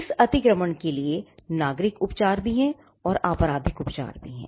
इस अतिक्रमण के लिए नागरिक उपचार भी हैं और आपराधिक उपचार भी हैं